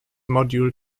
module